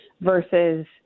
versus